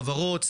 חברות,